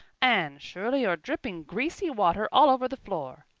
anne shirley, you're dripping greasy water all over the floor.